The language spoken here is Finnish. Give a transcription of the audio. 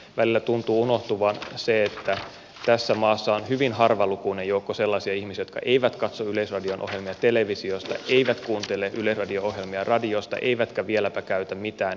välillä tuntuu unohtuvan se että tässä maassa on hyvin harvalukuinen joukko sellaisia ihmisiä jotka eivät katso yleisradion ohjelmia televisiosta eivät kuuntele yleisradion ohjelmia radiosta eivätkä vieläpä käytä mitään yleisradion verkkopalveluita